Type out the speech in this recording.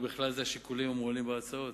ובכלל זה השיקולים המועלים בהצעות.